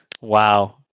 Wow